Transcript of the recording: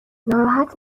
ناراحت